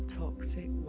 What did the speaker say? toxic